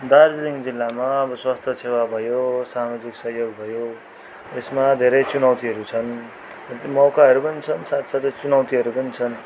दार्जिलिङ जिल्लामा अब स्वास्थ्य सेवा भयो सामाजिक सहयोग भयो यसमा धेरै चुनौतीहरू छन् मौकाहरू पनि छन् साथसाथै चुनौतीहरू पनि छन्